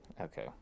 okay